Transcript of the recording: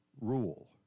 rule